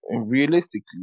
Realistically